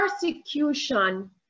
Persecution